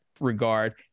regard